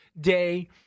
day